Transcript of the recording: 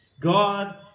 God